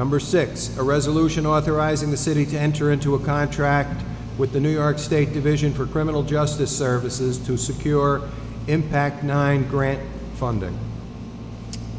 numbers six a resolution authorizing the city to enter into a contract with the new york state division for criminal justice services to secure impact nine grant funding